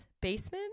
basement